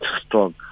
strong